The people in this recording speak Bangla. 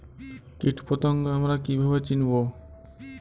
কীটপতঙ্গ আমরা কীভাবে চিনব?